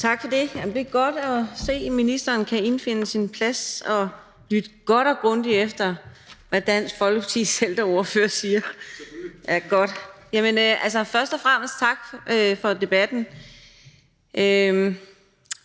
Tak for det. Det er godt at se, at ministeren kan indfinde sig på sin plads og lytte godt og grundigt efter, hvad Dansk Folkepartis ældreordfører siger. (Sundheds- og ældreministeren